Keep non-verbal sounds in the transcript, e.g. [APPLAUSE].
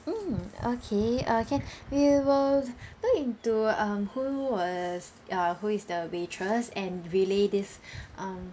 mm okay uh can [BREATH] we will [BREATH] look into um who was uh who is the waitress and relay this [BREATH] um